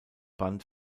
band